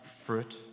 fruit